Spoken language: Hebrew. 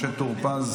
משה טור פז,